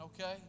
okay